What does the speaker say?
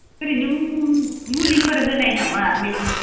ओरैनो मु मुलिफोर होनाय नामा मैगं